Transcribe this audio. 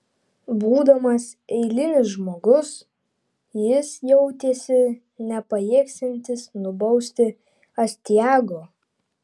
būdamas eilinis žmogus jis jautėsi nepajėgsiantis nubausti astiago